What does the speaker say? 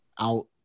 out